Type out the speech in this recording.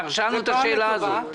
אנחנו שאלנו את השאלה הזאת.